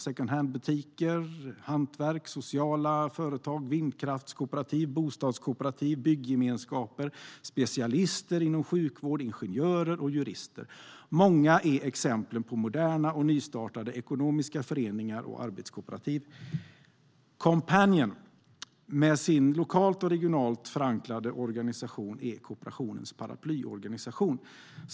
Secondhandbutiker, hantverk, sociala företag, vindkraftskooperativ, bostadskooperativ, byggemenskaper, specialister inom sjukvård, ingenjörer och jurister är andra. Många är exemplen på moderna och nystartade ekonomiska föreningar och arbetskooperativ. Coompanion, med sin lokalt och regionalt förankrade organisation, är kooperationens paraplyorganisation.